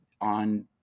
on